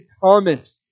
comment